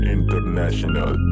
International